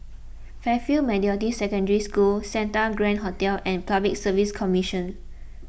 Fairfield Methodist Secondary School Santa Grand Hotel and Public Service Commission